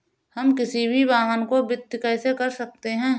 हम किसी भी वाहन को वित्त कैसे कर सकते हैं?